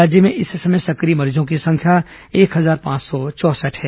राज्य में इस समय सक्रिय मरीजों की संख्या एक हजार पांच सौ चौंसठ है